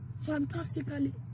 Fantastically